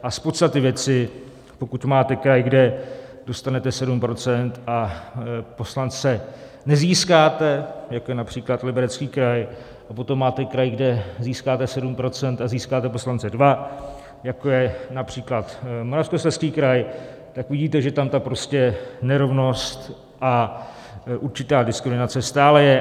Z podstaty věci, pokud máte kraj, kde dostanete 7 % a poslance nezískáte, jako je například Liberecký kraj, a potom máte kraj, kde získáte 7 % a získáte poslance dva, jako je například Moravskoslezský kraj, tak vidíte, že tam ta prostě nerovnost a určitá diskriminace stále je.